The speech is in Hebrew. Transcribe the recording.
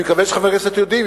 אני מקווה שחברי הכנסת יודעים,